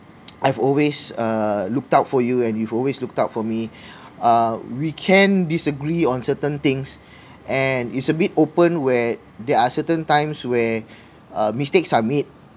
I've always uh looked out for you and you've always looked out for me uh we can disagree on certain things and it's a bit open where there are certain times where uh mistakes are made